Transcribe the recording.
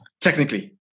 technically